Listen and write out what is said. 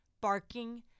barking